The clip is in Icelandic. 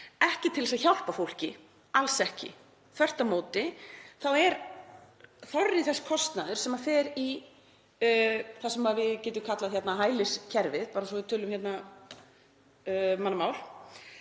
Ekki til þess að hjálpa fólki, alls ekki, þvert á móti fer þorri þess kostnaðar í það sem við getum kallað hæliskerfið, bara svo við tölum mannamál,